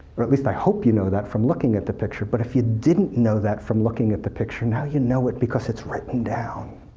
but at least i hope you know from looking at the picture, but if you didn't know that from looking at the picture, now you know it, because it's written down.